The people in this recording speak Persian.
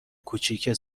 کوچیکه